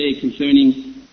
concerning